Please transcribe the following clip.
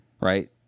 right